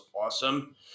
awesome